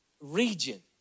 region